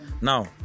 Now